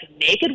naked